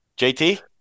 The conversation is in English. JT